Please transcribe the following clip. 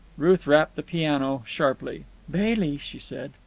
ruth rapped the piano sharply. bailey, she said,